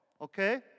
Okay